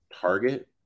Target